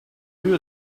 you